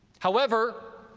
however,